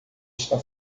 está